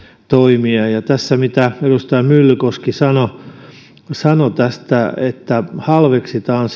toimia tässä mitä edustaja myllykoski sanoi tästä että halveksitaan